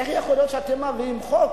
איך יכול להיות שאתם מביאים חוק